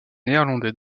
néerlandais